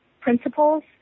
principles